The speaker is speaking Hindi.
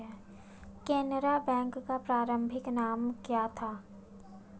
केनरा बैंक का प्रारंभिक नाम क्या था?